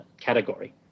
category